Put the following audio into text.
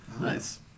Nice